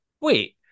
Wait